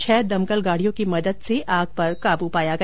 छह दमकल गाड़ियों की मदद से आग पर काबू पाया गया